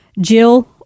Jill